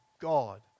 God